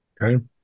okay